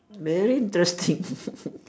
very interesting